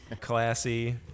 classy